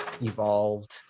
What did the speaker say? evolved